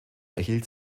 erhielt